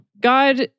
God